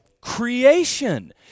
Creation